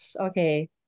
Okay